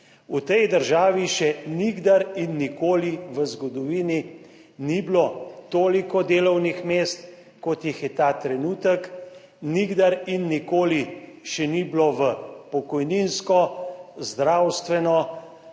V tej državi še nikdar in nikoli v zgodovini ni bilo toliko delovnih mest, kot jih je ta trenutek, nikdar in nikoli še ni bilo v pokojninsko, zdravstveno